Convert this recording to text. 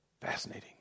Fascinating